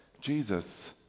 Jesus